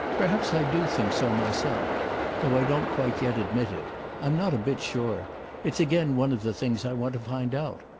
perhaps i do think so myself though i don't quite yet admit it. i'm not a bit sure it's again one of the things i want to find out.